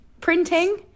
printing